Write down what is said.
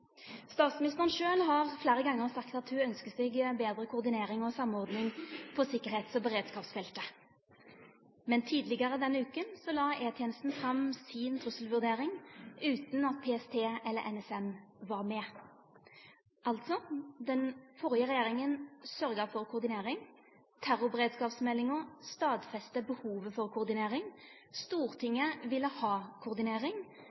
har sjølv fleire gonger sagt at ho ønskjer seg betre koordinering og samordning på sikkerheits- og beredskapsfeltet. Men tidlegare denne uka la E-tenesta fram si trusselvurdering utan at PST eller NSM var med. Den førre regjeringa sørgja altså for koordinering, terrorberedskapsmeldinga stadfesta behovet for koordinering, Stortinget ville ha koordinering